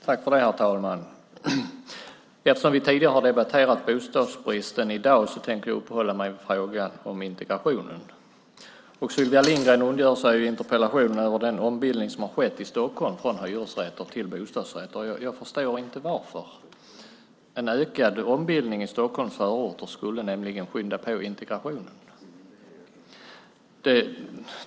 Herr talman! Eftersom vi tidigare har debatterat bostadsbristen i dag tänker jag uppehålla mig vid frågan om integrationen. Sylvia Lindgren ondgör sig i interpellationen över den ombildning som har skett i Stockholm från hyresrätter till bostadsrätter, och jag förstår inte varför. En ökad ombildning i Stockholms förorter skulle nämligen skynda på integrationen.